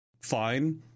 fine